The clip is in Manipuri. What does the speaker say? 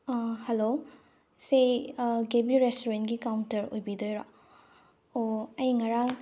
ꯍꯜꯂꯣ ꯁꯤ ꯀꯦꯕꯤ ꯔꯦꯁꯇꯨꯔꯦꯟꯒꯤ ꯀꯥꯎꯟꯇꯔ ꯑꯣꯏꯕꯤꯗꯣꯏꯔꯣ ꯑꯣ ꯑꯩ ꯉꯔꯥꯡ